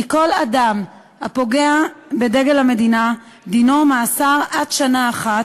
כי כל אדם הפוגע בדגל המדינה דינו מאסר עד שנה אחת,